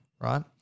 right